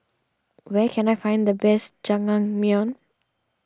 where can I find the best Jajangmyeon